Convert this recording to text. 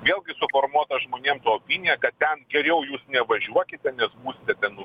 vėlgi suformuota žmonėms opinija kad ten geriau jūs nevažiuokite net būsite ten